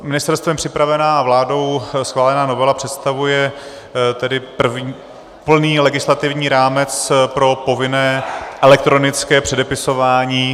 Ministerstvem připravená a vládou schválená novela představuje tedy plný legislativní rámec pro povinné elektronické předepisování